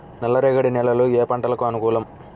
నల్లరేగడి నేలలు ఏ పంటలకు అనుకూలం?